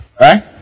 Right